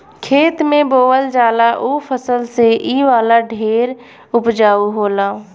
खेत में बोअल जाला ऊ फसल से इ वाला ढेर उपजाउ होला